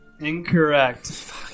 Incorrect